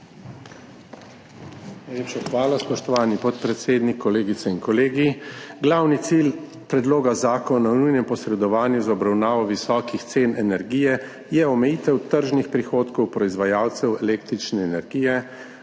hvala, spoštovani podpredsednik. Kolegice in kolegi! Glavni cilj Predloga Zakona o nujnem posredovanju za obravnavo visokih cen energije je omejitev tržnih prihodkov proizvajalcev električne energije,